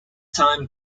time